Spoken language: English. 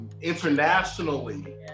internationally